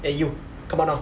eh you come out now